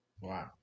Wow